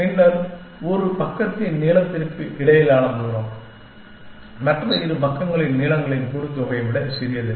பின்னர் ஒரு பக்கத்தின் நீளத்திற்கு இடையிலான தூரம் மற்ற இரு பக்கங்களின் நீளங்களின் கூட்டுத்தொகையை விட சிறியது